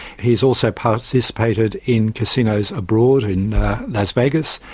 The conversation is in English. he has also participated in casinos abroad, in las vegas,